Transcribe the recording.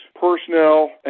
personnel